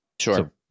Sure